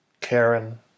Karen